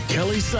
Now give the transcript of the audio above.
Kelly